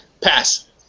pass